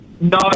No